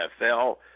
NFL